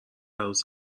عروس